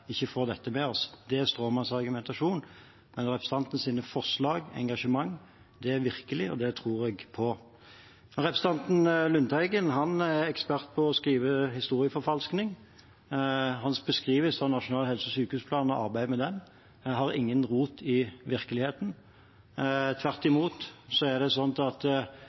ikke får dette med oss. Det er stråmannsargumentasjon. Men at representantens forslag og engasjement er virkelige, det tror jeg på. Representanten Lundteigen er ekspert på å skrive historieforfalskning. Hans beskrivelse av Nasjonal helse- og sykehusplan og arbeidet med den har ingen rot i virkeligheten. Tvert imot er det sånn at